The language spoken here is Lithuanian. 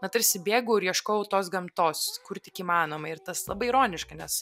na tarsi bėgau ir ieškojau tos gamtos kur tik įmanoma ir tas labai ironiška nes